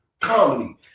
comedy